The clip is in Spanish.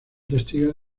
testigos